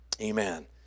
amen